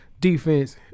defense